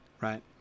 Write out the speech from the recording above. Right